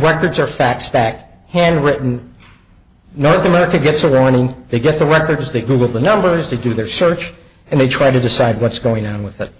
records are fax back handwritten north america gets a running they get the records they go with the numbers they do their search and they try to decide what's going on with it